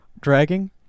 Dragging